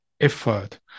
effort